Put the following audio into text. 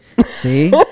see